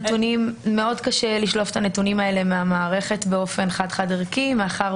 מאוד קשה לשלוף את הנתונים האלה מהמערכת באופן חד חד ערכי מאחר